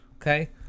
okay